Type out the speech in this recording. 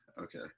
okay